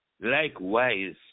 likewise